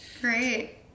Great